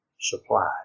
Supplied